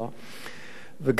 וגם בנושא החשמל,